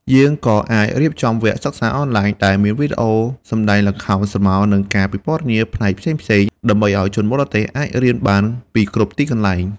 យើងក៏អាចរៀបចំវគ្គសិក្សាអនឡាញ ដែលមានវីដេអូសម្តែងល្ខោនស្រមោល និងការពិពណ៌នាផ្នែកផ្សេងៗ ដើម្បីឲ្យជនបរទេសអាចរៀនបានពីគ្រប់ទីកន្លែង។